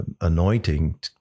anointing